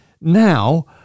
now